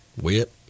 Whip